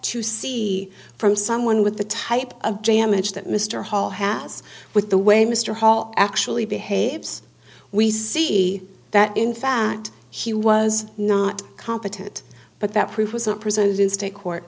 to see from someone with the type of damage that mr hall has with the way mr hall actually behaves we see that in fact he was not competent but that proof wasn't presented in state court